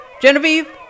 Genevieve